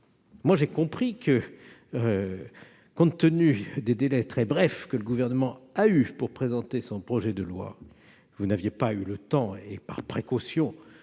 J'ai compris que, compte tenu des délais très brefs que le Gouvernement a eus pour présenter son projet de loi, vous n'aviez pas eu le temps. Par précaution,